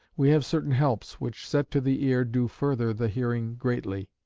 we have certain helps which set to the ear do further the hearing greatly.